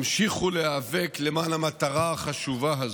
המשיכו להיאבק למען המטרה החשובה הזו.